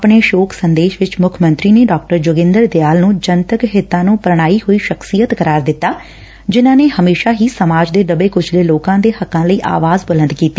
ਆਪਣੇ ਸ਼ੋਕ ਸੰਦੇਸ਼ ਵਿਚ ਮੁੱਖ ਮੰਤਰੀ ਨੇ ਡਾ ਜੋਗਿੰਦਰ ਦਿਆਲ ਨੂੰ ਜਨਤਕ ਹਿੱਤਾਂ ਨੂੰ ਪ੍ਰਣਾਈ ਹੋਈ ਸ਼ਖਸੀਅਤ ਕਰਾਰ ਦਿੱਤਾ ਜਿਨ੍ਹਾਂ ਨੇ ਹਮੇਸ਼ਾ ਹੀ ਸਮਾਜ ਦੇ ਦਬੈ ਕੁਚਲੇ ਲੋਕਾਂ ਦੇ ਹੱਕਾਂ ਲਈ ਆਵਾਜ਼ ਬੁਲੰਦ ਕੀਤੀ